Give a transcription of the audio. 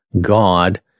god